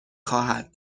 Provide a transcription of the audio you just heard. خواهد